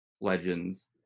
legends